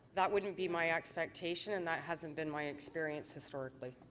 that wouldn't be my expectation. that hasn't been my experience historically.